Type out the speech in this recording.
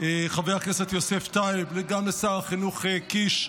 חבר הכנסת יוסף טייב, וגם לשר החינוך קיש,